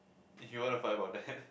if you want to find about that